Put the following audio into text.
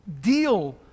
deal